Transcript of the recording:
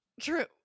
true